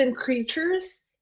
creatures